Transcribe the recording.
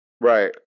right